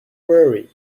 worry